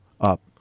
up